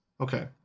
Okay